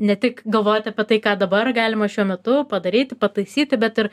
ne tik galvot apie tai ką dabar galima šiuo metu padaryti pataisyti bet ir